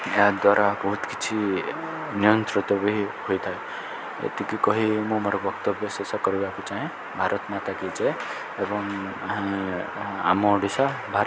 ଏହାଦ୍ୱାରା ବହୁତ କିଛି ନିୟନ୍ତ୍ରିତ ବି ହୋଇଥାଏ ଏତିକି କହି ମୁଁ ମୋର ବକ୍ତବ୍ୟ ଶେଷ କରିବାକୁ ଚାହେଁ ଭାରତ ମାତା କିି ଜୟ ଏବଂ ଆମ ଓଡ଼ିଶା ଭାରି